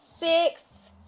Six